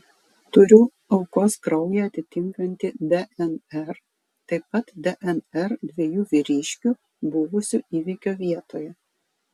turiu aukos kraują atitinkantį dnr taip pat dnr dviejų vyriškių buvusių įvykio vietoje